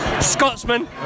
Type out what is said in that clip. Scotsman